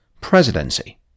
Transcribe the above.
presidency